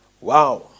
Wow